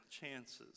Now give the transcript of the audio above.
chances